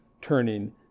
turning